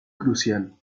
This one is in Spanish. crucial